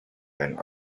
and